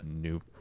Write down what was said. new